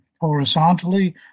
horizontally